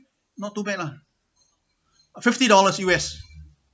not too bad lah fifty dollars U_S